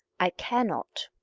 i care not.